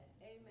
Amen